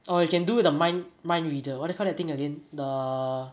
orh you can do the mind mind reader what do they call that thing again